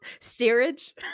Steerage